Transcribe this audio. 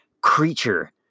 creature